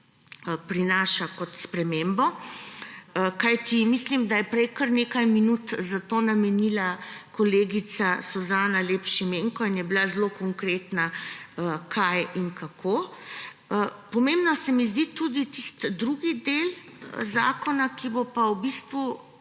prinaša kot spremembo, kajti mislim, da je prej kar nekaj minut za to namenila kolegica Suzana Lep Šimenko in je bila zelo konkretna, kaj in kako. Pomemben se mi zdi tudi tisti drugi del zakona, ki bo pa v bistvu